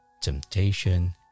temptation